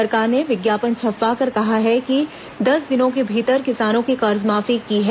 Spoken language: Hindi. सरकार ने विज्ञापन छपवाकर कहा है कि दस दिनों के भीतर किसानों की कर्जमाफी की है